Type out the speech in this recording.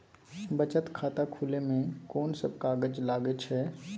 बचत खाता खुले मे कोन सब कागज लागे छै?